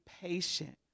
patient